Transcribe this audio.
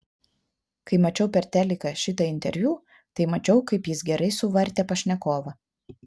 kai mačiau per teliką šitą interviu tai mačiau kaip jis gerai suvartė pašnekovą